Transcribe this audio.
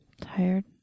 Tired